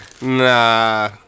Nah